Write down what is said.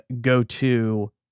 go-to